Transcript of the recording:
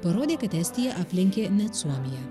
parodė kad estija aplenkė net suomiją